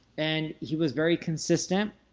and he was very consistent.